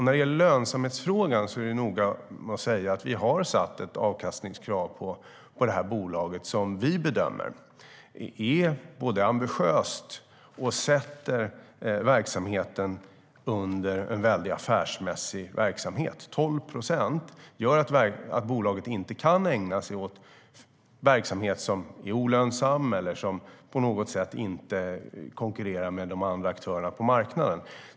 När det gäller lönsamhetsfrågan är jag noga med att säga att vi har satt ett avkastningskrav på det här bolaget som vi bedömer är både ambitiöst och sätter verksamheten under väldigt affärsmässiga villkor - 12 procent gör att bolaget inte kan ägna sig åt verksamhet som är olönsam eller på något sätt inte konkurrerar med de andra aktörerna på marknaden.